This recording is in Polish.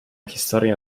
historię